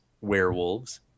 werewolves